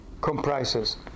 comprises